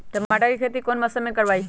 टमाटर की खेती कौन मौसम में करवाई?